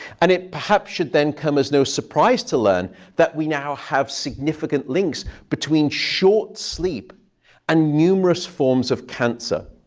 and it perhaps should then come as no surprise to learn that we now have significant links between short sleep and numerous forms of cancer.